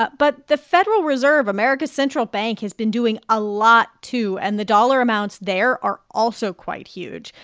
but but the federal reserve, america's central bank, has been doing a lot, too, and the dollar amounts there are also quite huge.